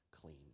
clean